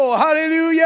hallelujah